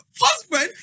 husband